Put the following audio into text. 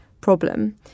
problem